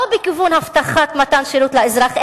לא בכיוון הבטחת מתן שירות לאזרח,